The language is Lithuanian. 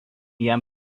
jam